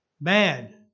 Bad